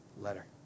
letter